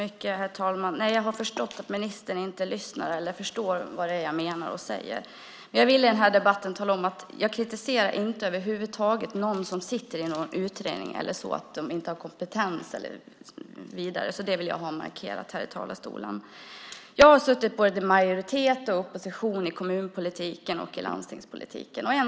Herr talman! Jag har förstått att ministern inte lyssnar eller förstår vad jag menar. Jag vill säga att jag inte över huvud taget kritiserar någon som sitter i en utredning för att inte ha kompetens. Det vill jag markera. Jag har suttit i både majoritet och opposition i kommunpolitiken och landstingspolitiken.